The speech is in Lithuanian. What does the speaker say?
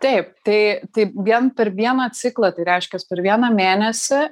taip tai tai vien per vieną ciklą tai reiškias per vieną mėnesį